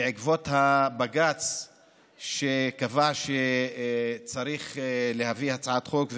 בעקבות הבג"ץ שקבע שצריך להביא הצעת חוק,